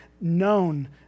known